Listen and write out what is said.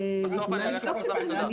אני לא מכירה את זה.